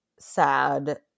sad